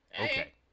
okay